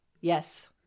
Yes